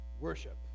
worship